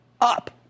up